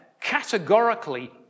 categorically